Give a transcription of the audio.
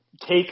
take